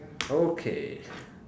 okay